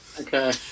Okay